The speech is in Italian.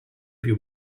più